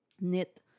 knit